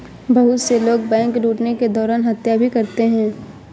बहुत से लोग बैंक लूटने के दौरान हत्या भी करते हैं